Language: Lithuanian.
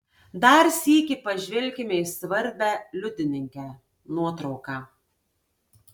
dar sykį pažvelkime į svarbią liudininkę nuotrauką